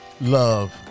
love